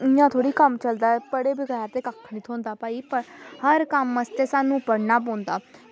इंया थोह्ड़ी कम्म चलदा पढ़े लिखें दा ते हर कम्म आस्तै स्हानू पढ़ना पौंदा